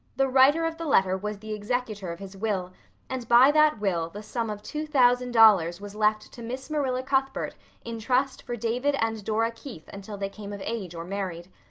the writer of the letter was the executor of his will and by that will the sum of two thousand dollars was left to miss marilla cuthbert in trust for david and dora keith until they came of age or married.